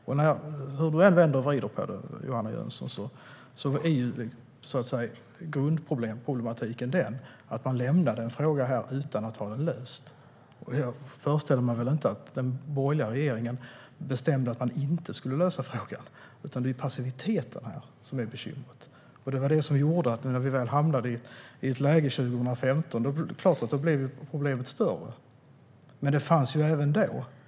Hur Johanna Jönsson än vrider och vänder på det är grundproblematiken den att man lämnade en fråga utan att lösa den. Jag tror inte att den borgerliga regeringen bestämde att frågan inte skulle lösas, utan det var passiviteten som var bekymret. Det gjorde att problemet blev större i det läge vi hamnade 2015.